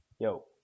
yo